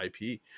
IP